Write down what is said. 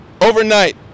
Overnight